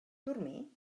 dormir